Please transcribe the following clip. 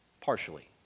partially